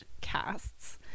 casts